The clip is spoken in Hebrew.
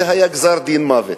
זה היה גזר-דין מוות.